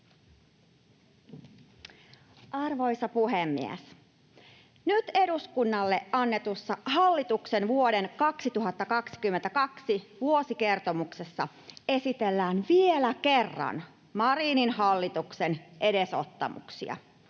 Arvoisa puhemies! Nyt eduskunnalle annetussa hallituksen vuoden 2022 vuosikertomuksessa esitellään vielä kerran Marinin hallituksen edesottamuksia